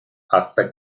hasta